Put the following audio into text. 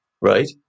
right